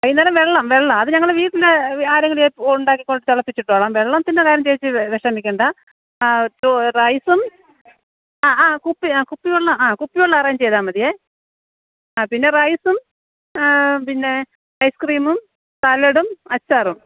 വൈകുന്നേരം വെള്ളം വെള്ളം അത് ഞങ്ങൾ വീട്ടിൽ ആരെങ്കിലും ഉണ്ടാക്കി കൊണ്ട് തിളപ്പിച്ചിട്ടോളം വെള്ളത്തിന്റെ കാര്യം ചേച്ചി വിഷമിക്കേണ്ട റൈസും ആ ആ കുപ്പി ആ കുപ്പിവെള്ളം ആ കുപ്പിവെള്ളം അറേഞ്ച് ചെയ്താൽ മതിയേ ആ പിന്നെ റൈസും പിന്നെ ഐസ്ക്രീമും സാലഡും അച്ചാറും